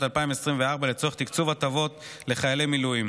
2024 לצורך תקצוב הטבות לחיילי מילואים.